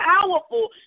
powerful